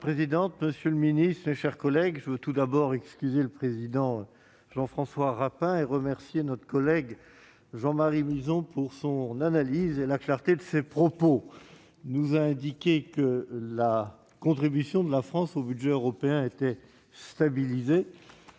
monsieur le secrétaire d'État, mes chers collègues, je veux tout d'abord excuser le président Jean-François Rapin et remercier notre collègue Jean-Marie Mizzon pour son analyse et pour la clarté de ses propos. Il nous a indiqué que la contribution de la France au budget européen était stabilisée.